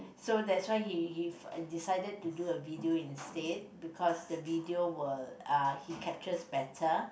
so that's why he he decided to do a video instead because the video will uh he captures better